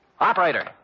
Operator